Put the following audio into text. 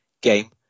game